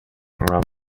around